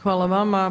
Hvala vama.